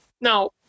Now